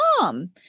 mom